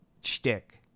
shtick